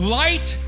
light